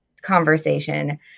conversation